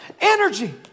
energy